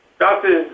doctor